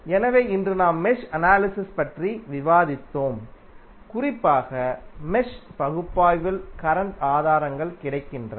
எனவே இன்று நாம் மெஷ் அனாலிசிஸ் பற்றி விவாதித்தோம் குறிப்பாக மெஷ் பகுப்பாய்வில் கரண்ட் ஆதாரங்கள் கிடைக்கின்றன